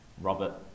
Robert